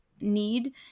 need